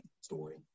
story